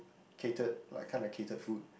catered like kinda catered food